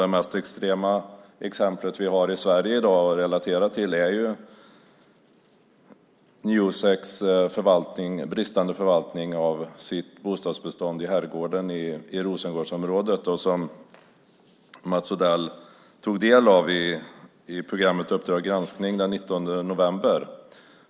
Det mest extrema exemplet vi har i Sverige i dag är Newsecs bristande förvaltning av sitt bostadsbestånd i Herrgården i Rosengårdsområdet i Malmö. Det tog Mats Odell del av i tv-programmet Uppdrag granskning den 19 november.